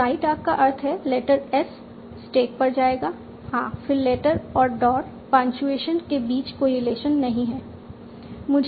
तो right arc का अर्थ है लेटर S स्टैक पर जाएगा हाँ फिर लेटर और डॉट पंक्चुएशन के बीच कोई रिलेशन नहीं है